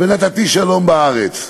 ונתתי שלום בארץ.